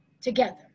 together